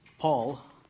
Paul